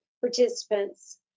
participants